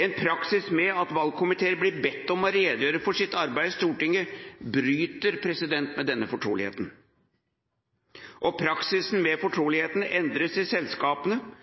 En praksis der valgkomiteer blir bedt om å redegjøre for sitt arbeid i Stortinget bryter med denne fortroligheten. Om praksisen med fortrolighet endres i selskapene